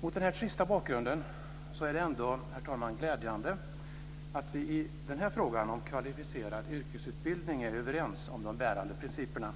Mot den här trista bakgrunden är det ändå, herr talman, glädjande att vi i den här frågan om kvalificerad yrkesutbildning är överens om de bärande principerna.